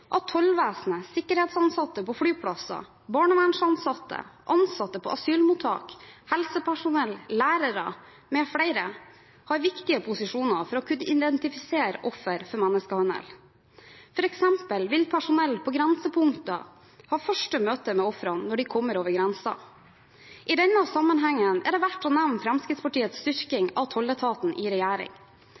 at tollvesenet, sikkerhetsansatte på flyplasser, barnevernsansatte, ansatte på asylmottak, helsepersonell, lærere mfl. har viktige posisjoner for å kunne identifisere offer for menneskehandel. For eksempel vil personell på grensepunkter ha første møte med ofrene når de kommer over grensen. I denne sammenhengen er det verdt å nevne Fremskrittspartiets styrking av tolletaten i regjering.